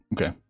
okay